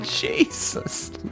Jesus